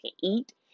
eat